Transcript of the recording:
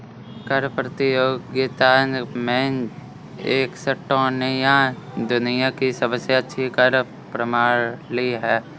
कर प्रतियोगिता में एस्टोनिया दुनिया की सबसे अच्छी कर प्रणाली है